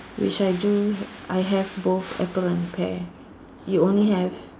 which I do I have both apple and a pear you only have